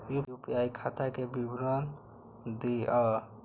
UPI खाता के विवरण दिअ?